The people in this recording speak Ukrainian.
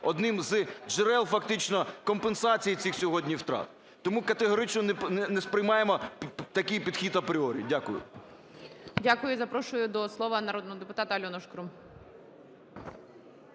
одним з джерел фактично компенсації цих сьогодні втрат. Тому категорично не сприймаємо такий підхід апріорі. Дякую. ГОЛОВУЮЧИЙ. Дякую. Запрошую до слова народного депутата Альону Шкрум.